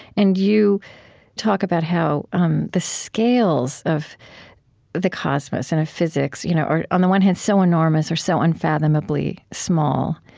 and you talk about how um the scales of the cosmos and of physics you know are, on the one hand, so enormous or so unfathomably small,